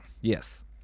Yes